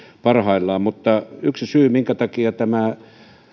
parhaimmillaan mutta yksi syy minkä takia tämä